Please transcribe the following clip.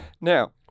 Now